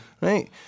Right